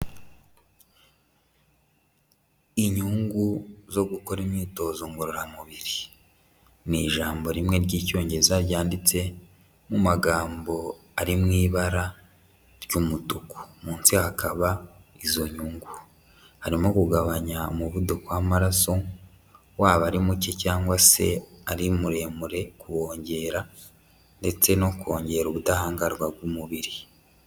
Inyungu zo gukora imyitozo ngororamubiri ni ijambo rimwe ry'Icyongereza ryanditse mu magambo ari mu ibara ry'umutuku. Munsi hakaba izo nyungu harimo kugabanya umuvuduko w'amaraso waba ari muke cyangwa se ari muremure, kuwongera ndetse no kongera ubudahangarwa bw'umubiri.